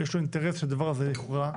יש לו אינטרס שהדבר הזה יוכרע.